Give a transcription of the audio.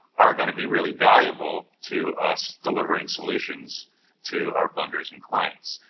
are going to be really valuable to us delivering solutions to our funders and clients.